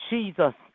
Jesus